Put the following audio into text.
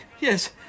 yes